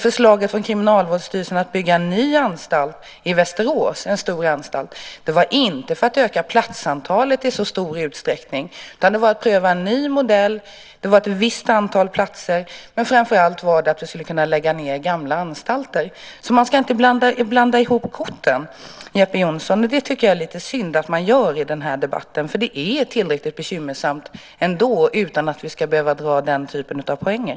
Förslaget från Kriminalvårdsstyrelsen att bygga en ny och stor anstalt i Västerås syftade inte till att öka platsantalet, utan man ville pröva en ny modell med ett visst antal platser. Framför allt ville man lägga ned gamla anstalter. Man ska inte blanda ihop korten, Jeppe Johnsson. Det är synd att man gör det i den här debatten. Det är tillräckligt bekymmersamt ändå utan att man ska behöva ta hem den typen av poänger.